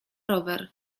rower